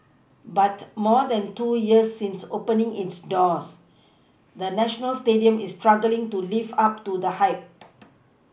but more than two years since opening its doors the national Stadium is struggling to live up to the hype